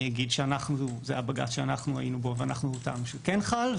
זה היה בג"ץ שאנחנו היינו בו וטענו שזה כן חל,